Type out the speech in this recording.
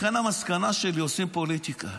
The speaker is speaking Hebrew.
לכן המסקנה שלי: הם עושים פוליטיקה.